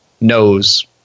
knows